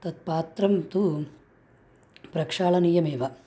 तत् पात्रं तु प्रक्षालनीयमेव